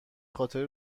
خاطر